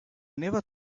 never